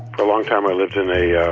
for a long time. i lived in a a